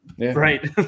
Right